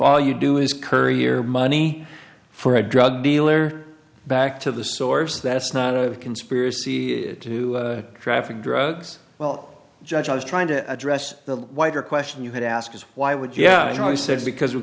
all you do is courier money for a drug dealer back to the source that's not a conspiracy to traffic drugs well judge i was trying to address the wider question you had asked is why would yeah you know he said because we